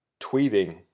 tweeting